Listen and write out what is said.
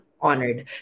honored